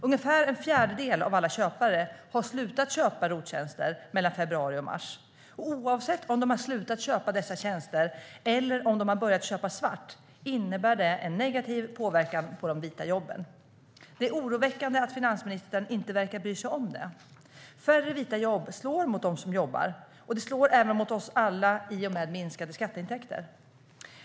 Ungefär en fjärdedel av alla köpare har slutat köpa ROT-tjänster mellan februari och mars. Oavsett om de har slutat köpa dessa tjänster eller om de har börjat köpa svart innebär det en negativ påverkan på de vita jobben. Det är oroväckande att finansministern inte verkar bry sig om det. Färre vita jobb slår mot dem som jobbar. Det slår även mot oss alla i och med minskade skatteintäkter.